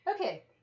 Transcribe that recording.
Okay